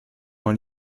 dans